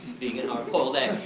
vegan hard-boiled egg.